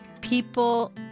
people